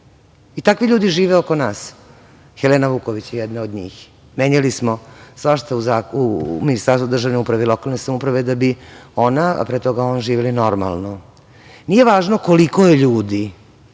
i takvi ljudi žive oko nas, Helena Vuković je jedna od njih. Menjali smo svašta u Ministarstvu državne uprave i lokalne samouprave da bi ona, a pre toga on živeo normalno. Nije važno koliko je ljudi